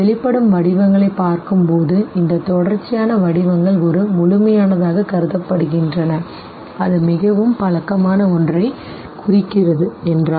வெளிப்படும் வடிவங்களைப் பார்க்கும்போது சரி இந்த தொடர்ச்சியான வடிவங்கள் ஒரு முழுமையானதாக கருதப்படுகின்றன சரி அது மிகவும் பழக்கமான ஒன்றைக் குறிக்கிறது என்றால்